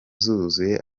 zuzuye